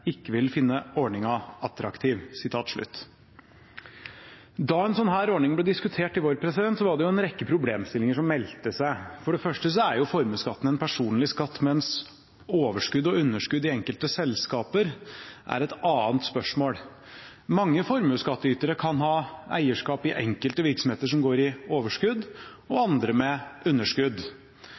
ikke vil finne ordningen attraktiv.» Da en sånn ordning ble diskutert i vår, var det en rekke problemstillinger som meldte seg. For det første er formuesskatten en personlig skatt, mens overskudd og underskudd i enkelte selskaper er et annet spørsmål. Mange formuesskattytere kan ha eierskap i enkelte virksomheter som går med overskudd, og andre med underskudd.